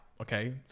okay